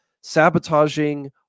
sabotaging